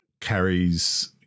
carries